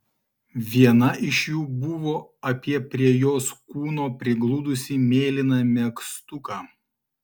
viena iš jų buvo apie prie jos kūno prigludusį mėlyną megztuką